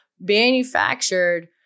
manufactured